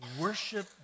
worship